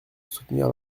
soutenir